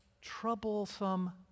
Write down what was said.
troublesome